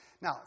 Now